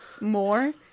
more